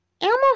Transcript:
Elmo